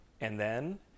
and-then